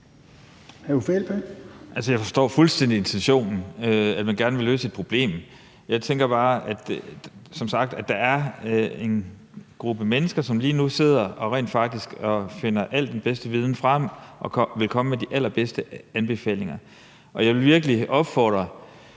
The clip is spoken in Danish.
jeg forstår fuldstændig intentionen, nemlig at man gerne vil løse et problem, men jeg tænker som sagt bare, at der er en gruppe mennesker, som lige nu sidder og rent faktisk finder al den bedste viden frem og vil komme med de allerbedste anbefalinger, og jeg vil virkelig opfordre